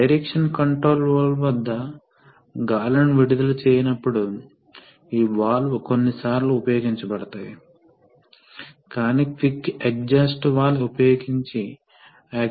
కాబట్టి భారీ లోడ్ల కోసం మనము సాధారణంగా వాటిని నెమ్మదిగా కదిలిస్తాము మరియు తేలికపాటి లోడ్లు కోసం వాటిని వేగంగా కదిలిస్తాము